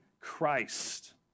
Christ